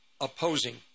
opposing